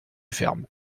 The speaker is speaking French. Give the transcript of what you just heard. fermes